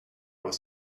was